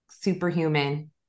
superhuman